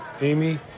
Amy